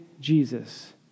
Jesus